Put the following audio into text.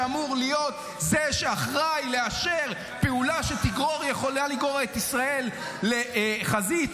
שאמור להיות זה שאחראי לאשר פעולה שיכולה לגרור את ישראל לחזית